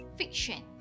fiction